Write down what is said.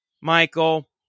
Michael